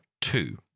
two